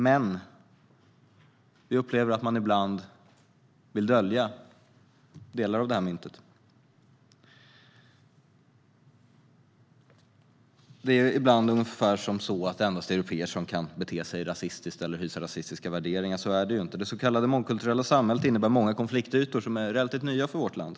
Men vi upplever att man ibland vill dölja delar av det myntet. Det kan låta som att det endast är européer som beter sig rasistiskt eller har rasistiska värderingar. Så är det inte. Det så kallade mångkulturella samhället innebär att det finns många konfliktytor som är relativt nya för vårt land.